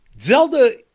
Zelda